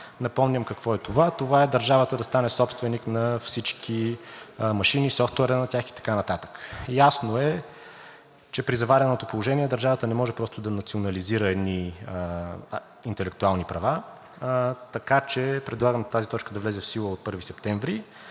Напомням какво е това. Това е държавата да стане собственик на всички машини, софтуера на тях и така нататък. Ясно е, че при завареното положение държавата не може просто да национализира едни интелектуални права, така че предлагам тази точка да влезе в сила от 1 септември